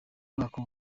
umwaka